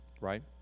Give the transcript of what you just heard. right